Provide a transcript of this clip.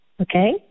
Okay